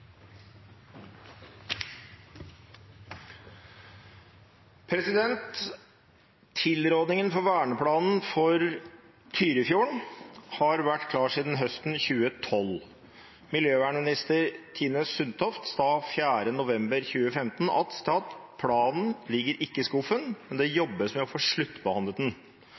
for verneplanen for Tyrifjorden har vært klar siden høsten 2012. Miljøminister Tine Sundtoft sa 4. november 2015 at «planen ikke ligger i skuffen, men at det jobbes med å få sluttbehandlet